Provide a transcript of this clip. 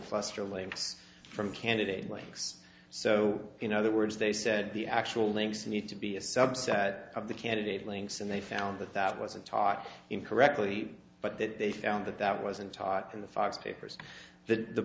fluster lameness from candidate links so in other words they said the actual links need to be a subset of the candidate links and they found that that wasn't taught incorrectly but that they found that that wasn't taught in the fox papers the